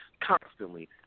constantly